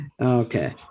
Okay